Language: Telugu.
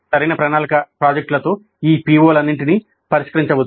సరైన ప్రణాళిక ప్రాజెక్టులతో ఈ పిఒలన్నింటినీ పరిష్కరించవచ్చు